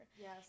Yes